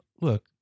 Look